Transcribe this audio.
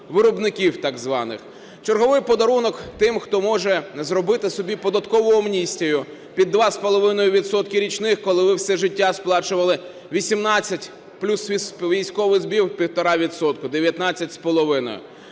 сільгоспвиробників так званих. Черговий подарунок тим, хто може зробити собі податкову амністію під 2,5 відсотка річних, коли ви все життя сплачували 18 плюс військовий збір 1,5